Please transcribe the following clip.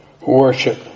worship